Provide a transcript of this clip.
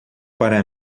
para